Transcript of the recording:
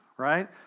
right